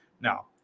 now